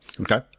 Okay